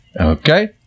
Okay